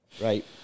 right